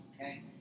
Okay